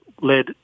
led